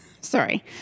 sorry